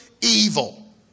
evil